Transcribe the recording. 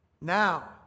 Now